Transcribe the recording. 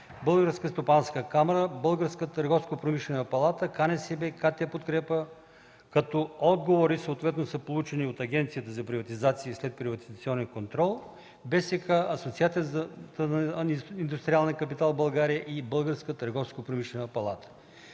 Българската стопанска камара, Българската търговско-промишлена палата, КНСБ и КТ „Подкрепа”, като отговори съответно са получени от Агенцията за приватизация и следприватизационен контрол, Българската стопанска камара, Асоциацията на индустриалния капитал в България и Българската търговско-промишлена палата.